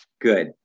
Good